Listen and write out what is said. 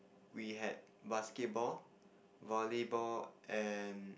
we had basketball volleyball and